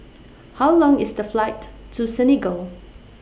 How Long IS The Flight to Senegal